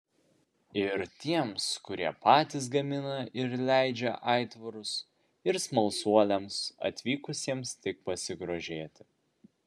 ir tiems kurie patys gamina ir leidžia aitvarus ir smalsuoliams atvykusiems tik pasigrožėti